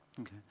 Okay